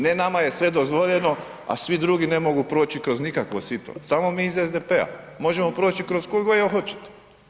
Ne, nama je sve dozvoljeno, a svi drugi ne mogu proći kroz nikakvo sito, samo mi iz SDP-a, možemo proći kroz koje god hoćete.